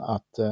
Att